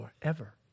forever